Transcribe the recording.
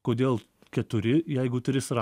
kodėl keturi jeigu tris ra